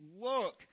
look